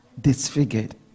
disfigured